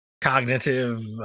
cognitive